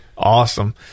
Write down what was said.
awesome